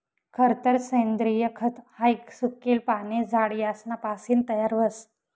खरतर सेंद्रिय खत हाई सुकेल पाने, झाड यासना पासीन तयार व्हस